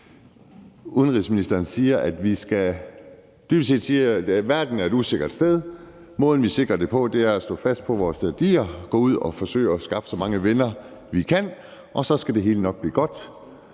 Udenrigsministeren siger dybest set, at verden er et usikkert sted. Måden, vi sikrer den på, er at stå fast på vores værdier og gå ud og forsøge at skaffe så mange venner, vi kan, og så skal det hele nok blive godt.